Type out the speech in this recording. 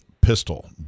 pistol